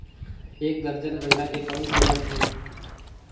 एक दर्जन अंडा के कौन कीमत हे?